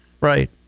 Right